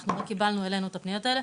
אנחנו לא קיבלנו את הפניות האלו,